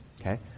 Okay